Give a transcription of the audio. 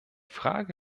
frage